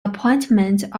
appointment